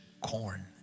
corn